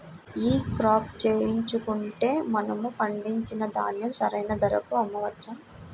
ఈ క్రాప చేయించుకుంటే మనము పండించిన ధాన్యం సరైన ధరకు అమ్మవచ్చా?